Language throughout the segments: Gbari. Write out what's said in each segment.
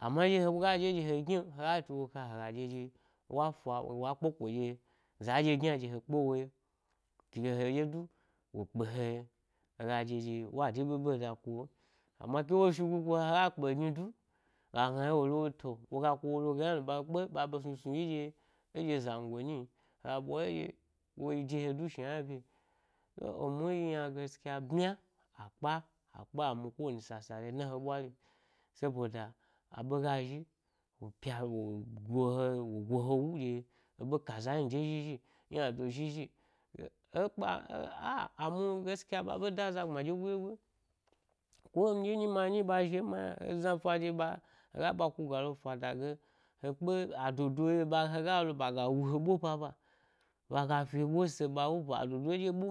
Amma ɗye woga ɗye ɗye he gnilo hega tiwo kai hega ɗye ɗye wa fa wa kpeko ɗye, zaɗye gyna ɗye he kpe wo ye, ke he ɗye du, wo kpe he ye hega ɗye ɗye wa de ɓeɓe da ku won, amma ke wo shigu ku he haga kpegnidu wo ga gna to woga ku he kpe ɓa ɓe snu snu yi ɗye eɗye zango nyin hega ɓwa wo ye ɗye woyi de he du shna hna ɓye, e-emu yi yna gaskya ɓnya, a kpa akpa emu ko wani sasa le dna he ɓwari’o saboda a ɓe ga zhi wo pya he wowo go he wo go he wu ɗye eɓo ka za nyi de zhizhi ynado zhi zhi, e kpa, e a amu gaskya ɓa ɓe da aza gbma dyegoi ɗyegoi ɗyegoi. Ko nɗye nyi ma nɗye ba ku ga lo fada ge he kpe ado do ye’o hega lo ɓaga wu he’ ɓo baba-ɓaga fi’ bose ɓawu ɓwa edye eɓo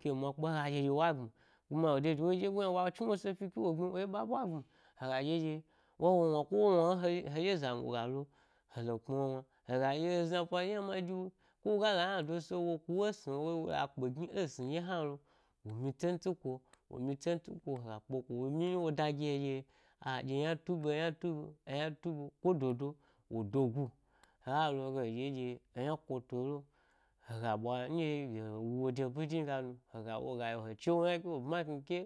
ke mwa kpanhga ɗye ɗye wa gbmi kuma dede wo yi ɗyegoi yna wo a chniwo’se fifi ke wo gbmi wo zhi ba ɓwa gbmi hega ɗye ɗye wa wo wna ko wo wna won heɗye heɗye zango ga lo hele kpma wo wna, hega ɗye he za fna ɗye ma de wayi, ko wo gala ynado’ se wok u esni woga kpe egni esnihna toɗye hnalo, wo myi tsen tsi ku’o wo myitsentsi ku’o hega kpeko wo nyiye wo da gihe dye a-ɗye eyna tu’ ɓe, eyna tu be tu’ be, kododo wo dogu hega lo hega le ɗye ɗye eyna kutu o lo, hega ɓwa-nɗye ɗye he wu wo de ɓidinga nu, hega wu ega yi gi he chewo yna bmakni ke.